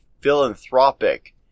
philanthropic